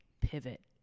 pivot